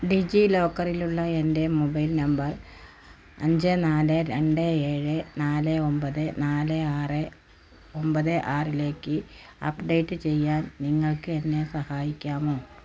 ഡിജി ലോക്കറിലുള്ള എൻ്റെ mobile number അഞ്ച് നാല് രണ്ട് ഏഴ് നാല് ഒമ്പത് നാല് ആറ് ഒമ്പത് ആറിലേക്ക് അപ്ഡേറ്റ് ചെയ്യാൻ നിങ്ങൾക്ക് എന്നെ സഹായിക്കാമോ